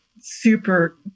super